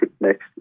Next